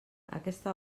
aquesta